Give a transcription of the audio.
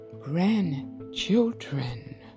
grandchildren